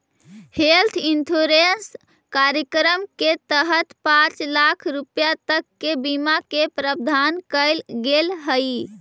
health insurance कार्यक्रम के तहत पांच लाख रुपया तक के बीमा के प्रावधान कैल गेल हइ